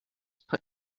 put